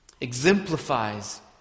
exemplifies